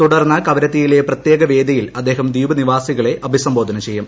തുടർന്ന് കവരത്തിയിലെ പ്രത്യേക വേദിയിൽ അദ്ദേഹം ദ്വീപ് നിവാസികളെ അഭിസംബോധന ചെയ്യും